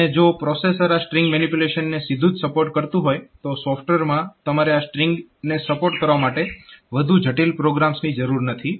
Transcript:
અને જો પ્રોસેસર આ સ્ટ્રીંગ મેનીપ્યુલેશનને સીધું જ સપોર્ટ કરતું હોય તો સોફ્ટવેરમાં તમારે આ સ્ટ્રીંગને સપોર્ટ કરવા માટે વધુ જટીલ પ્રોગ્રામ્સની જરૂર નથી